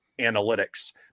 analytics